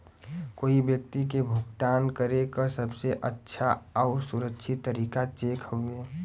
कोई व्यक्ति के भुगतान करे क सबसे अच्छा आउर सुरक्षित तरीका चेक हउवे